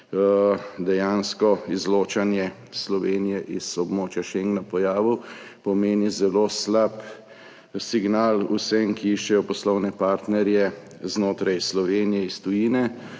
dejansko izločanje Slovenije iz območja schengna, pomeni zelo slab signal vsem, ki iščejo poslovne partnerje znotraj Slovenije iz tujine